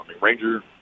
Ranger